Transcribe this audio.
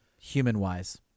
human-wise